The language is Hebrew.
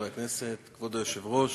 כבוד היושב-ראש,